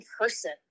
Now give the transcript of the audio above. person